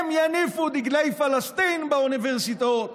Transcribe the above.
הם יניפו דגלי פלסטין באוניברסיטאות.